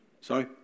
sorry